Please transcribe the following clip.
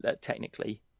technically